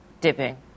dipping